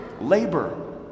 labor